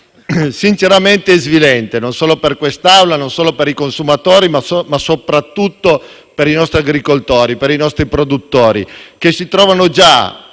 sinceramente sia svilente, non solo per quest'Assemblea, non solo per i consumatori, ma soprattutto per i nostri agricoltori e per i nostri produttori, che si trovano già